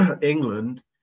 England